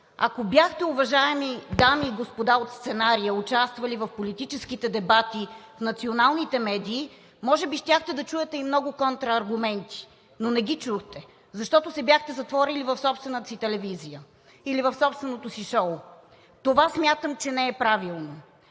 Ако бяхте, уважаеми дами и господа от сценария, участвали в политическите дебати в националните медии, може би щяхте да чуете и много контрааргументи, но не ги чухте, защото се бяхте затворили в собствената си телевизия или в собственото си шоу. Това смятам, че не е правилно.